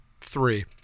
three